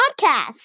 podcast